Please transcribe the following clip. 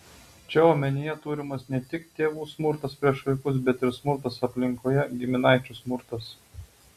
čia omenyje turimas ne tik tėvų smurtas prieš vaikus bet ir smurtas aplinkoje giminaičių smurtas